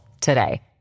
today